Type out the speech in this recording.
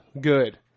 Good